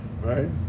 Right